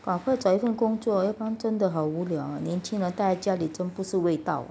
赶快找一份工作要不然真的好无聊年轻人待家里真不是味道